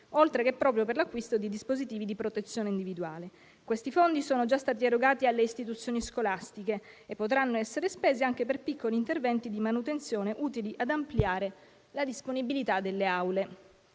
oltre che proprio per l'acquisto di dispositivi di protezione individuale. Questi fondi sono già stati erogati alle istituzioni scolastiche e potranno essere spesi anche per piccoli interventi di manutenzione utili ad ampliare la disponibilità delle aule.